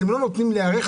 אתם לא נותנים להיערך,